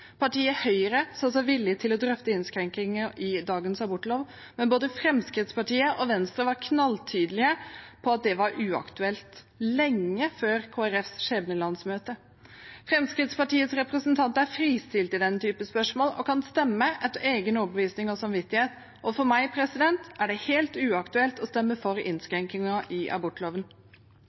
Partiet Høyre sa seg villig til å drøfte innskrenkninger i dagens abortlov, men både Fremskrittspartiet og Venstre var knalltydelige på at det var uaktuelt – lenge før Kristelig Folkepartis skjebnelandsmøte. Fremskrittspartiets representanter er fristilt i denne typen spørsmål og kan stemme etter egen overbevisning og samvittighet, og for meg er det helt uaktuelt å stemme for innskrenkninger i abortloven.